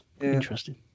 Interesting